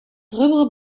rubberen